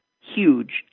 huge